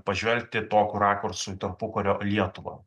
pažvelgti tokiu rakursu į tarpukario lietuvą